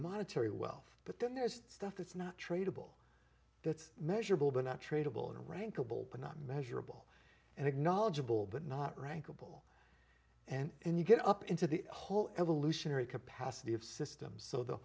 monetary wealth but then there's stuff that's not tradeable that's measurable but not tradeable and rankle not measurable and acknowledgeable but not rank a ball and you get up into the whole evolutionary capacity of system so the